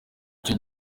icyo